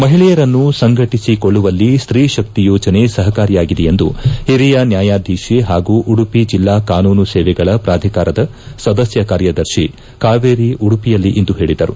ಮಹಿಳೆಯರನ್ನು ಸಂಘಟಿಸಿಕೊಳ್ಳುವಲ್ಲಿ ಸ್ತೀ ಶಕ್ತಿ ಯೋಜನೆ ಸಹಕಾರಿಯಾಗಿದೆ ಎಂದು ಹಿರಿಯ ನ್ಯಾಯಾಧೀಶೆ ಹಾಗೂ ಉಡುಪಿ ಜಿಲ್ಲಾ ಕಾನೂನು ಸೇವೆಗಳ ಪ್ರಾಧಿಕಾರದ ಸದಸ್ಯ ಕಾರ್ಯದರ್ಶಿ ಕಾವೇರಿ ಉಡುಪಿಯಲ್ಲಿಂದು ಹೇಳಿದರು